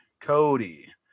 Cody